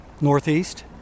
Northeast